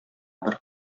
бер